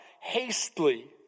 hastily